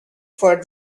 for